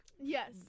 Yes